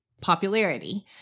popularity